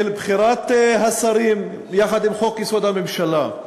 של בחירת השרים, יחד עם חוק-יסוד: הממשלה.